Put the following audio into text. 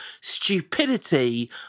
stupidity